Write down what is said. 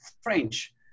french